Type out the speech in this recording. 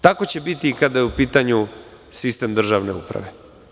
Tako će biti i kada je u pitanju sistem državne uprave.